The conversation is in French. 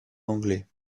anglais